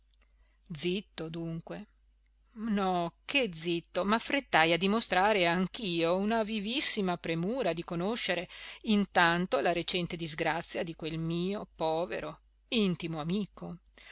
zitto dunque no che zitto m'affrettai a dimostrare anch'io una vivissima premura di conoscere intanto la recente disgrazia di quel mio povero intimo amico